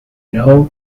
know